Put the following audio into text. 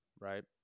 right